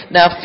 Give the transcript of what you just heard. Now